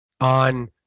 on